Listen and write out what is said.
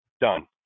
done